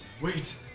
Wait